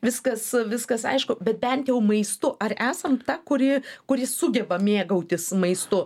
viskas viskas aišku bet bent jau maistu ar esam ta kuri kuri sugeba mėgautis maistu